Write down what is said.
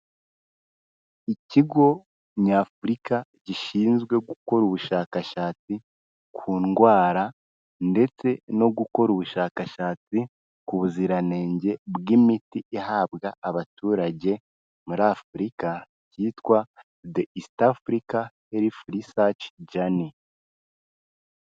Ikigo nyafurika gishinzwe gukora ubushakashatsi ku ndwara ndetse no gukora ubushakashatsi ku buziranenge bw'imiti ihabwa abaturage muri Afurika, cyitwa de isiti Afurika helifu risaci jani.